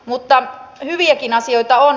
mutta hyviäkin asioita on